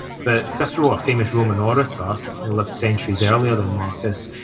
but cicero, a famous roman orator who lived centuries earlier than marcus,